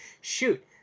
Shoot